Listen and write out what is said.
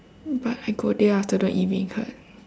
but I go there I also don't eat beancurd